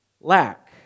lack